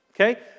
Okay